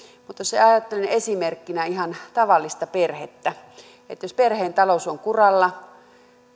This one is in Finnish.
mutta ajattelen esimerkkinä ihan tavallista perhettä jos perheen talous on kuralla